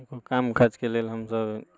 अपन काम काजके लेल हमसब